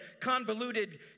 convoluted